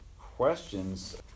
questions